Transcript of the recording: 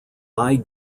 eye